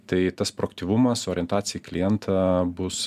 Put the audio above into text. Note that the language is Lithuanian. tai tas proaktyvumas orientacija į klientą bus